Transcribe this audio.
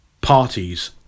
parties